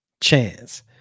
chance